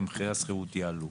ומחירי השכירות יעלו.